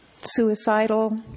suicidal